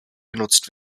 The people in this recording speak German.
genutzt